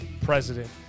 president